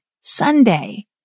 Sunday